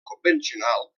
convencional